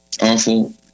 awful